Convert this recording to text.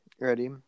Ready